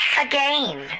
Again